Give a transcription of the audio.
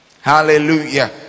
hallelujah